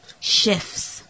shifts